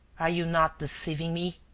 are you not deceiving me?